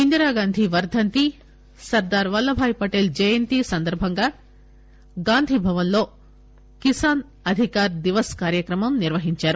ఇందిరాగాంధీ వర్దంతి సర్దార్ వల్లభాయ్ పటేల్ జయంతి సందర్బంగా గాంధీ భవన్ లో కిసాన్ అధికార్ దివస్ కార్యక్రమాన్ని నిర్వహించారు